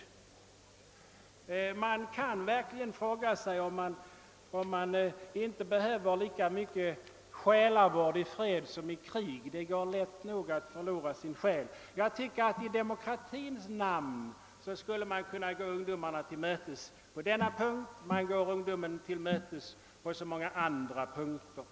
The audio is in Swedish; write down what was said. Man kan verkligen fråga sig, om det inte behövs lika mycket själavård i fred som i krig. Det är lätt nog att förlora sin själ. Jag tycker alltså att man i demokratins namn skulle kunna gå ungdomarna till mötes på denna punkt. Man går ju ungdomen i dag till mötes i så många andra avseenden.